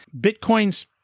Bitcoin's